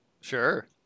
Sure